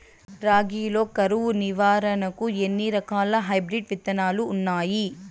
రాగి లో కరువు నివారణకు ఎన్ని రకాల హైబ్రిడ్ విత్తనాలు ఉన్నాయి